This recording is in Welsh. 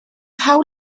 hawl